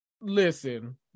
Listen